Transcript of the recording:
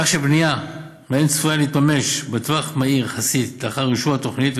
כך שבנייה בהם צפויה להתממש בטווח מהיר יחסית לאחר אישור התוכנית,